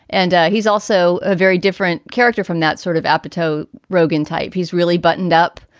and he's also a very different character from that sort of apatow rogen type. he's really buttoned up.